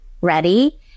ready